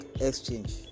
exchange